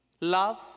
love